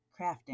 crafting